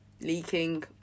Leaking